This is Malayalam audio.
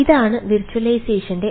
ഇതാണ് വിർച്വലൈസേഷന്റെ